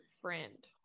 friend